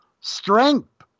strength